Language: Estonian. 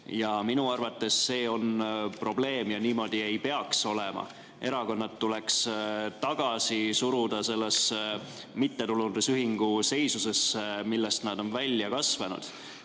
Minu arvates see on probleem ja niimoodi ei peaks olema. Erakonnad tuleks tagasi suruda sellesse mittetulundusühingu seisusesse, millest nad on välja kasvanud.